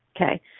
okay